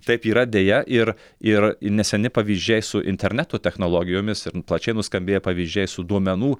taip yra deja ir ir neseni pavyzdžiai su interneto technologijomis ir plačiai nuskambėję pavyzdžiai su duomenų